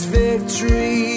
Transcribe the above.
victory